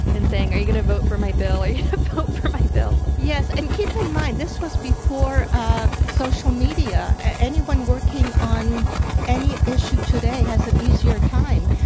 and saying, are you gonna vote for my bill? are you gonna vote for my bill? yes, and keep in mind this was before ah social media. anyone working on any issue today has an easier time.